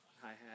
hi-hat